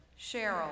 Cheryl